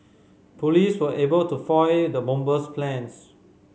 police were able to foil the bomber's plans